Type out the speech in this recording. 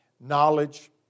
Knowledge